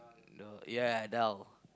no yeah yeah dull